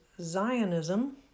Zionism